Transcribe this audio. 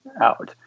out